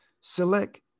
select